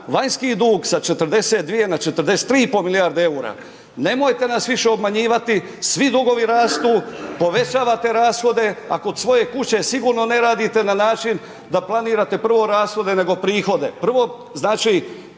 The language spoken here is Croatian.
Vanjski dug sa 42 na 43,5 milijardi eura. Nemojte nas više obmanjivati, svi dugovi rastu, povećavate rashode a kod svoje kuće sigurno ne radite na način da planirate prvo rashode nego prihode. Prvo znači,